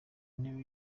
ntebe